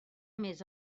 més